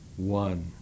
One